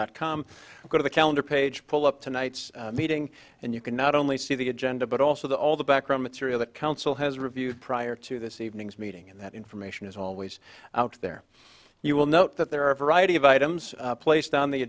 dot com go to the calendar page pull up tonight's meeting and you can not only see the agenda but also the all the background material that council has reviewed prior to this evening's meeting and that information is always out there you will note that there are a variety of items placed on the